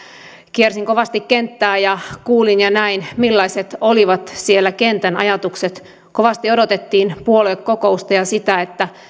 kiersin kovasti kenttää ja kuulin ja näin millaiset olivat kentän ajatukset kovasti odotettiin puoluekokousta ja sitä että